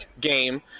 game